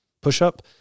push-up